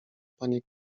panie